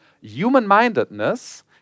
Human-mindedness